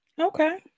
Okay